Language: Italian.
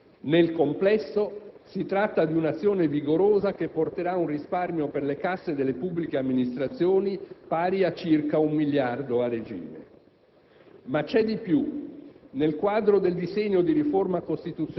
che porteranno ad una riduzione della spesa legata alla politica. Nel complesso, si tratta di un'azione vigorosa che porterà un risparmio per le casse delle pubbliche amministrazioni pari a circa un miliardo a regime.